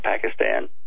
Pakistan